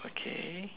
okay